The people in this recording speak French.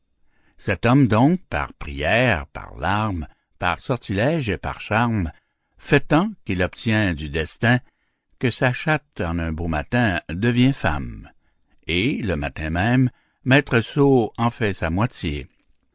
cet homme donc par prières par larmes par sortilèges et par charmes fait tant qu'il obtient du destin que sa chatte en un beau matin devient femme et le matin même maître sot en fait sa moitié